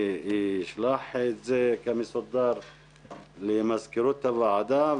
אני אשלח את זה במסודר למזכירות הוועדה.